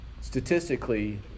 Statistically